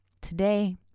today